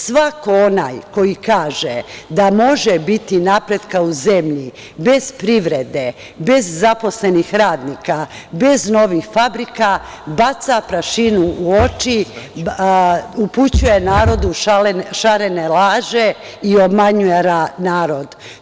Svako onaj koji kaže da može biti napretka u zemlji bez privrede, bez zaposlenih radnika, bez novih fabrika, baca prašinu u oči, upućuje narodu šarene laže i obmanjuje narod.